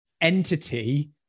entity